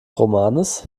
romanes